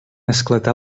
esclatà